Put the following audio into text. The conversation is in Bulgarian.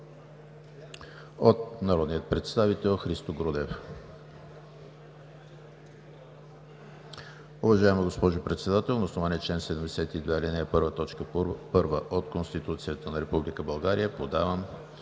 от народния представител Христо Грудев: